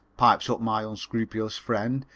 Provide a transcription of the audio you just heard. pipes up my unscrupulous friend,